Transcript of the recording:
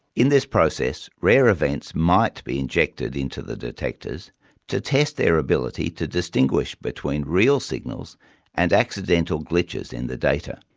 in this process rare events might be injected into the detectors to test their ability to distinguish between real signals and accidental glitches in the data.